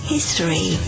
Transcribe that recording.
History